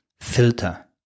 filter